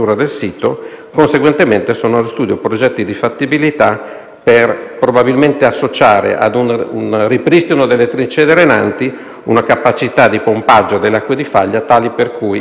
per, probabilmente, associare a un ripristino delle trincee drenanti una capacità di pompaggio delle acque di faglia per consentire che il sito non venga chiuso, ma sia completamente fruibile.